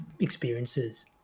experiences